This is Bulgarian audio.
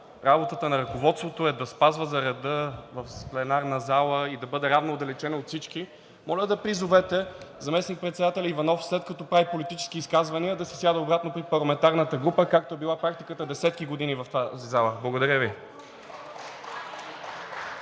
работата на ръководството е да спазва за реда в пленарната зала и да бъде равноотдалечено от всички, моля да призовете заместник-председателя Иванов, след като прави политически изказвания, да си сяда обратно при парламентарната група, както е била практиката десетки години в тази зала. Благодаря Ви.